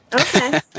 Okay